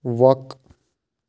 وَق